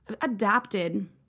adapted